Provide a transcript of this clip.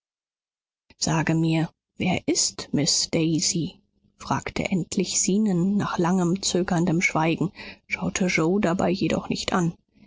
sage mir wer ist miß daisy fragte endlich zenon nach langem zögerndem schweigen schaute yoe dabei jedoch nicht an